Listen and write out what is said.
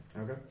Okay